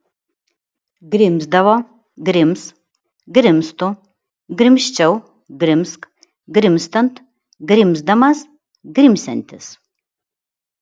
grimzdavo grims grimztų grimzčiau grimzk grimztant grimzdamas grimsiantis